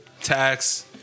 tax